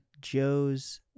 Joe's